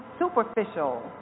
superficial